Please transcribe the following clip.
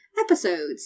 episodes